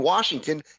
Washington